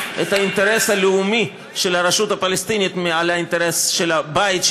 את האינטרס הלאומי של הרשות הפלסטינית על האינטרס של הבית,